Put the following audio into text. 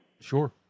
Sure